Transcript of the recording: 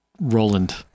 Roland